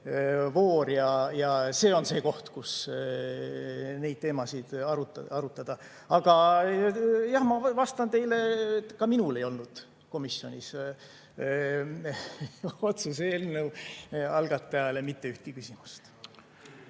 ja see on see koht, kus neid teemasid arutada. Aga ma vastan teile: ka minul ei olnud komisjonis otsuse eelnõu algatajale mitte ühtegi küsimust.